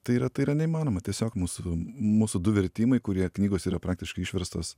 tai yra tai yra neįmanoma tiesiog mūsų mūsų du vertimai kurie knygos yra praktiškai išverstos